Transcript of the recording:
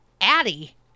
Addie